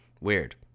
weird